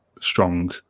strong